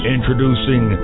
Introducing